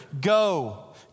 go